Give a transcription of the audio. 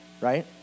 right